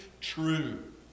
true